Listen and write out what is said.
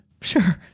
Sure